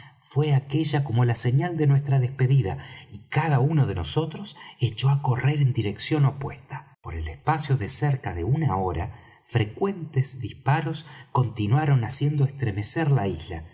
fué aquella como la señal de nuestra despedida y cada uno de nosotros echó á correr en dirección opuesta por el espacio de cerca de una hora frecuentes disparos continuaron haciendo estremecer la isla